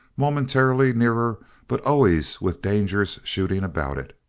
momentarily nearer but always with dangers shooting about it.